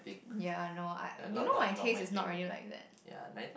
ya I know I I you know my taste is not really like that